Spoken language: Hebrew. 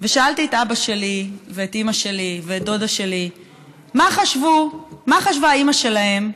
ושאלתי את אבא שלי ואת אימא שלי ואת דודה שלי מה חשבה האימא שלהם,